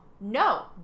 no